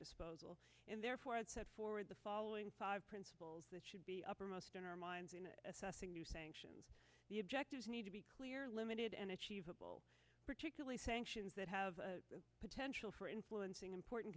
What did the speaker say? disposal and therefore has set forward the following principles that should be uppermost in our minds in assessing new sanctions the objectives need to be clear limited and achievable particularly sanctions that have a potential for influencing important